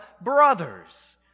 brothers